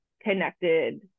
connected